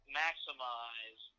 maximize